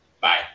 bye